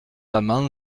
amans